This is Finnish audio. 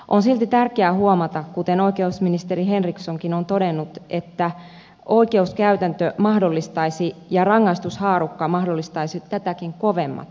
on silti tärkeää huomata kuten oikeusministeri henrikssonkin on todennut että oikeuskäytäntö ja rangaistushaarukka mahdollistaisivat tätäkin kovemmat tuomiot